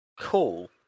Cool